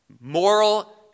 moral